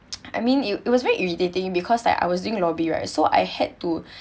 I mean it it was very irritating because like I was doing lobby right so I had to